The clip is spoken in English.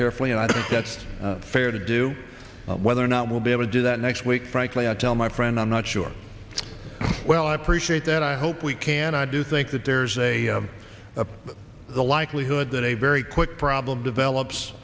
carefully and i think that's fair to do whether or not we'll be able to do that next week frankly i tell my friend i'm not sure well i appreciate that i hope we can i do think that there's a of the likelihood that a very quick problem develops